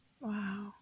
Wow